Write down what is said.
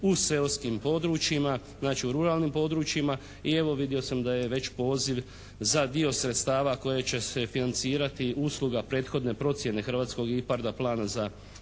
u seoskim područjima, znači u ruralnim područjima. I evo vidio sam da je već poziv za dio sredstava koje će se financirati usluga prethodne procjene hrvatskog …/Govornik